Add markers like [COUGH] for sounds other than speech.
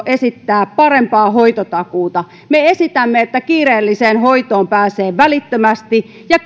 [UNINTELLIGIBLE] esittää parempaa hoitotakuuta me esitämme että kiireelliseen hoitoon pääsee välittömästi ja [UNINTELLIGIBLE]